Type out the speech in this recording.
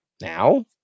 Now